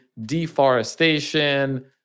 deforestation